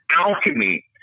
Alchemy